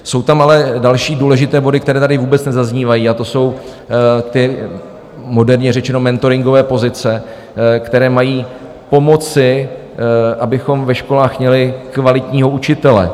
Jsou tam ale další důležité body, které tady vůbec nezaznívají, a to ty moderně řečeno mentoringové pozice, které mají pomoci, abychom ve školách měli kvalitního učitele.